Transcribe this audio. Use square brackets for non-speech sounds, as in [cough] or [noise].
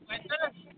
[unintelligible]